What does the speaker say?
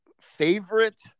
favorite